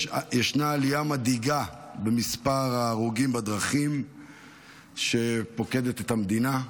ישנה עלייה מדאיגה במספר ההרוגים בדרכים שפוקדת את המדינה.